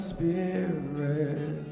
Spirit